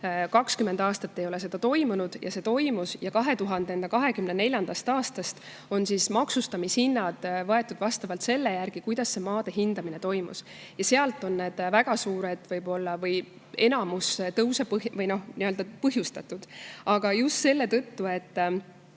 20 aastat ei ole seda toimunud ja nüüd see toimus. 2024. aastast on maksustamishinnad võetud selle järgi, kuidas see maade hindamine toimus. Ja sealt on väga suured või võib-olla enamus tõuse põhjustatud. Aga just selle tõttu, et